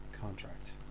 contract